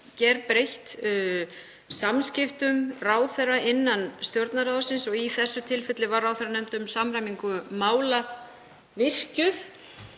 gerbreytt samskiptum ráðherra innan Stjórnarráðsins. Í þessu tilfelli var ráðherranefnd um samræmingu mála virkjuð.